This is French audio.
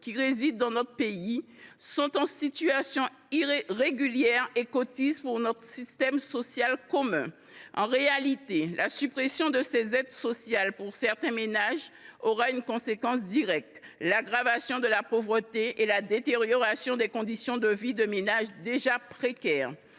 qui résident dans notre pays, qui sont en situation régulière et qui cotisent pour notre système social commun. En réalité, la suppression de ces aides sociales pour certains ménages aura une conséquence directe : l’aggravation de la pauvreté et la détérioration des conditions de vie de ménages déjà précaires.